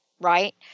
right